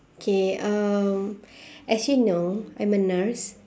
okay um as you know I'm a nurse